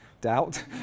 doubt